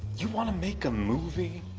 you want to make a movie